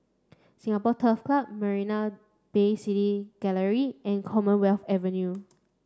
Singapore Turf Club Marina Bay City Gallery and Commonwealth Avenue